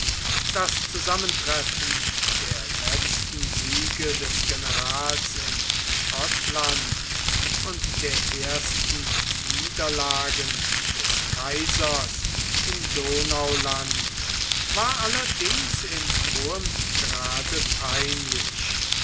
das zusammentreffen der letzten siege des generals in schottland und der ersten niederlagen des kaisers im donauland war allerdings in hohem grade peinlich